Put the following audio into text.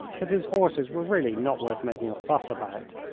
that his horses were really not worth making a fuss about,